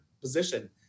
position